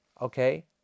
okay